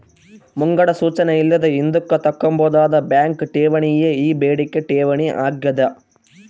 ಮುಂಗಡ ಸೂಚನೆ ಇಲ್ಲದೆ ಹಿಂದುಕ್ ತಕ್ಕಂಬೋದಾದ ಬ್ಯಾಂಕ್ ಠೇವಣಿಯೇ ಈ ಬೇಡಿಕೆ ಠೇವಣಿ ಆಗ್ಯಾದ